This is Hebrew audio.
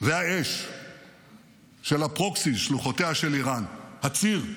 והאש של הפרוקסי, שלוחותיה של איראן, הציר,